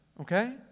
okay